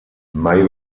mai